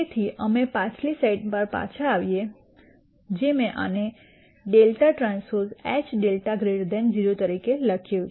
તેથી અમે પાછલી સ્લાઇડ્સમાં આ પર પાછા આવીએ જે મેં આને δT H δ 0 તરીકે લખ્યું છે